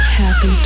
happy